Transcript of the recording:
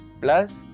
Plus